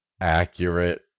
accurate